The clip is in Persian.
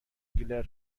گلر